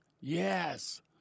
Yes